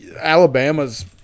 Alabama's